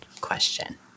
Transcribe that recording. Question